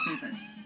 service